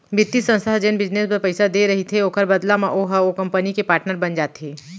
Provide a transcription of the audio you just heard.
बित्तीय संस्था ह जेन बिजनेस बर पइसा देय रहिथे ओखर बदला म ओहा ओ कंपनी के पाटनर बन जाथे